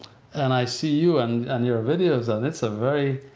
and i see you and your videos and it's a very,